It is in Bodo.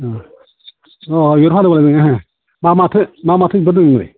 अ बिबार फानोमोन ना नोङो मा माथो मा माथो ओंखारदों नोंलाय